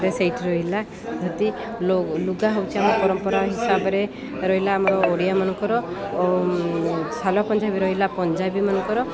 ସେଇଠି ରହିଲା ଯଦି ଲୁଗା ହେଉଛି ଆମ ପରମ୍ପରା ହିସାବରେ ରହିଲା ଆମର ଓଡ଼ିଆମାନଙ୍କର ସାଲ୍ବାର ପଞ୍ଜାବୀ ରହିଲା ପଞ୍ଜାବୀମାନଙ୍କର